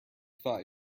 thought